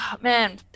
man